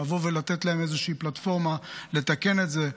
לבוא ולתת להם איזושהי פלטפורמה לתקן את זה,